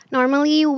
Normally